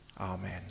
Amen